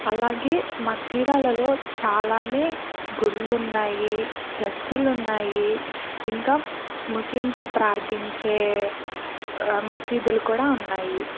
అలాగే మా చీరాలలో చాలా గుళ్ళు ఉన్నాయి చర్చిలు ఉన్నాయి ఇంకా ముస్లిమ్స్ ప్రార్థించే మసీదులు కూడా ఉన్నాయి